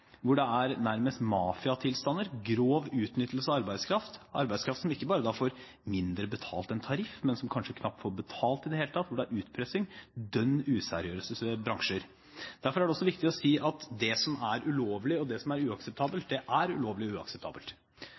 hvor det er nærmest mafiatilstander, grov utnyttelse av arbeidskraft, arbeidskraft som ikke bare får mindre betalt enn tariff, men som kanskje knapt får betalt i det hele tatt, hvor det er utpressing – dønn useriøse bransjer. Derfor er det også viktig å si at det som er ulovlig, og det som er uakseptabelt, er ulovlig og uakseptabelt.